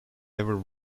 ever